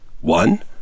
one